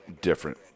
Different